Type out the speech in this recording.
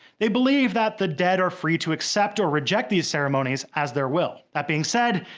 they believe that the dead are free to accept or reject these ceremonies as their will. that being said,